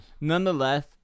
nonetheless